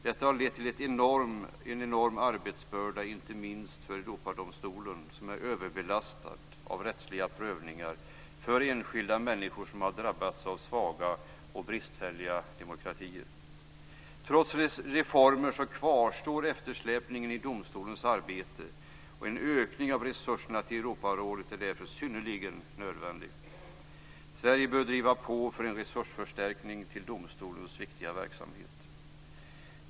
Detta har lett till en enorm arbetsbörda, inte minst för Europadomstolen, som är överbelastad av rättsliga prövningar för enskilda människor som drabbats av svaga och bristfälliga demokratier. Trots reformer kvarstår eftersläpningen i domstolens arbete. En ökning av resurserna till Europarådet är därför synnerligen nödvändig. Sverige bör driva på för en resursförstärkning till domstolens viktiga verksamhet.